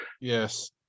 yes